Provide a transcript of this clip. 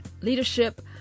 leadership